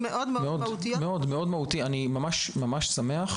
מה האחריות של הרופא מלמעלה ומה האחריות של הרופא שמשגיח